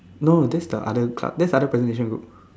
no that's the other club that's other presentation group